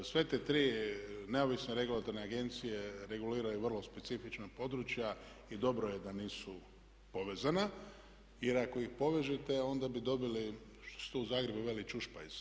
Sve te tri neovisne regulatorne agencije reguliraju vrlo specifična područja i dobro je da nisu povezani jer ako ih povežete onda bi dobili što se u Zagrebu veli čušpajz.